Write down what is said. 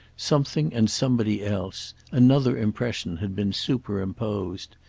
something and somebody else another impression had been superimposed.